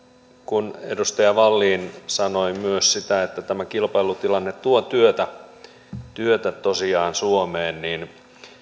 kun tässä edustaja wallin sanoi myös sitä että tämä kilpailutilanne tuo työtä tosiaan suomeen